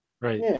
right